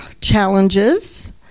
challenges